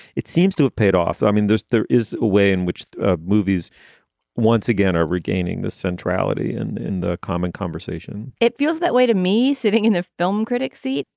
it seems to have paid off. i mean, this there is a way in which ah movies once again are regaining the centrality and in the common conversation it feels that way to me sitting in their film critic seat.